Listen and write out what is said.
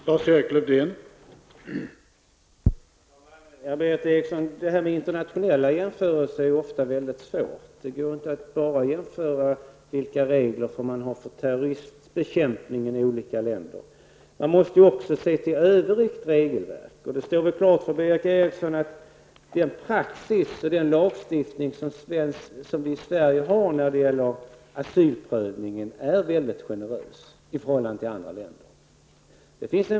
Herr talman! Det är ofta svårt att göra internationella jämförelser. Det går inte bara att jämföra de regler som gäller för terroristbekämpningen i olika länder. Man måste också se till det övriga regelverket. Jag förmodar att Berith Eriksson håller med om att den praxis och den lagstiftning som vi har i Sverige för asylprövning är mycket generös i förhållande till andra länders.